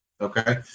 okay